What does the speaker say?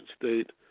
State